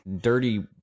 dirty